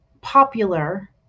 popular